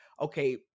okay